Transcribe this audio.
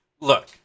Look